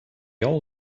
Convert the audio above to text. all